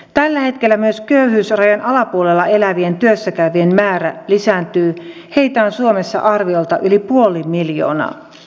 tällä hetkellä myös köyhyysrajan alapuolella elävien työssä käyvien määrä lisääntyy heitä on suomessa arviolta yli puoli miljoonaa